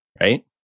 right